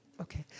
Okay